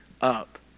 up